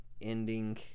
ending